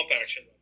action